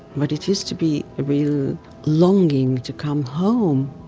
but it used to be a real longing to come home.